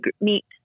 meet